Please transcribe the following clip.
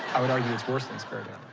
i would argue it's worse than spirit is.